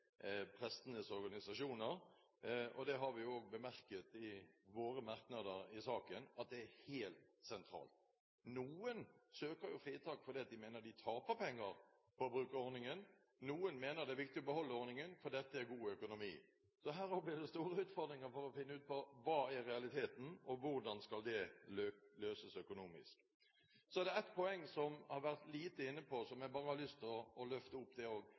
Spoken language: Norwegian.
organisasjoner. Det har vi òg bemerket i våre merknader i saken; det er helt sentralt. Noen søker fritak fordi de mener de taper penger på å bruke ordningen, noen mener det er viktig å beholde ordningen fordi dette er god økonomi. Her òg blir det store utfordringer for å finne ut hva som er realiteten, og hvordan det skal løses økonomisk. Det er ett poeng som man har vært lite inne på, og som jeg har lyst til å løfte opp.